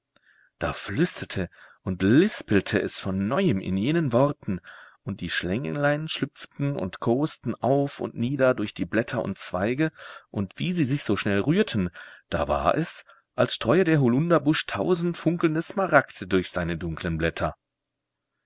da flüsterte und lispelte es von neuem in jenen worten und die schlänglein schlüpften und kos'ten auf und nieder durch die blätter und zweige und wie sie sich so schnell rührten da war es als streue der holunderbusch tausend funkelnde smaragde durch seine dunklen blätter